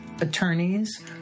attorneys